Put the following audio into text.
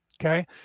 Okay